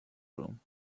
room